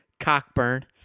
Cockburn